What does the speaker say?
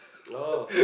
oh